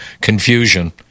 confusion